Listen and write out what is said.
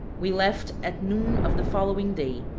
we left at noon of the following day,